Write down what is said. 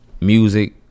music